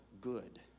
good